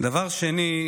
דבר שני,